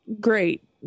great